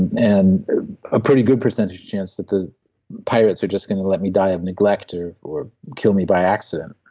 and a pretty good percentage of chance that the pirates are just going to let me die of neglect or or kill me by accident,